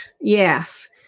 Yes